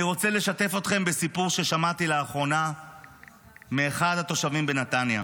אני רוצה לשתף אתכם בסיפור ששמעתי לאחרונה מאחד התושבים בנתניה,